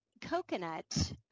coconut